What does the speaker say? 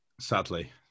Sadly